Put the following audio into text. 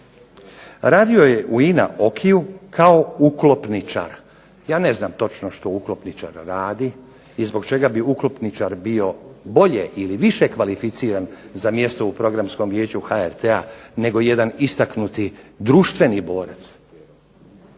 Radio je u INA OKI-u kao uklopničar. Ja ne znam točno što uklopničar radi i zbog čega bi uklopničar bio više ili bolje kvalificiran za mjesto u Programskom vijeću HRT-a, nego jedan istaknuti društveni borac